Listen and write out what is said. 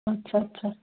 আচ্ছা আচ্ছা